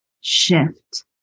shift